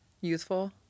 Youthful